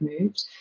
moved